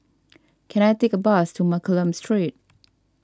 can I take a bus to Mccallum Street